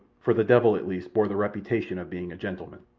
for the devil at least bore the reputation of being a gentleman.